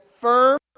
firm